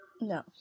No